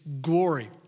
glory